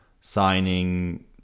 signing